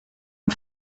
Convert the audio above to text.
amb